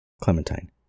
Clementine